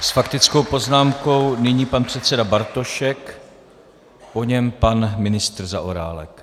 S faktickou poznámkou nyní pan předseda Bartošek, po něm pan ministr Zaorálek.